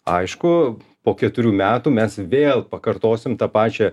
aišku po keturių metų mes vėl pakartosim tą pačią